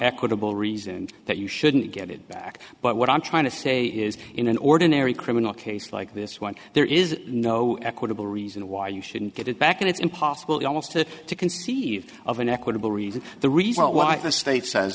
equitable reason that you shouldn't get it back but what i'm trying to say is in an ordinary criminal case like this one there is no equitable reason why you shouldn't get it back and it's impossible almost to conceive of an equitable reason the